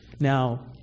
Now